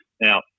Now